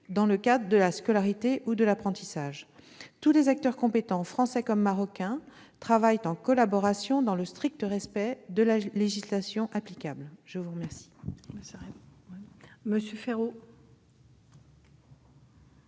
dans le cadre de la scolarité ou d'un apprentissage. Tous les acteurs compétents, français et marocains, travaillent en collaboration, dans le strict respect de la législation applicable. La parole